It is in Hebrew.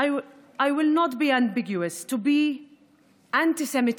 פחד וחוסר אמון, בורות מקדמת